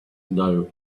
know